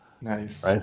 Nice